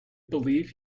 believe